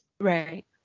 Right